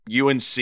UNC